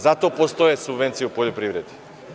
Zato postoje subvencije u poljoprivredi.